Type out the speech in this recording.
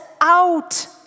out